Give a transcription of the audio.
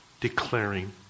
declaring